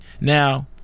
now